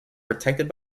protected